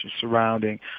surrounding